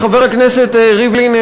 חבר הכנסת ריבלין,